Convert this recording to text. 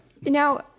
now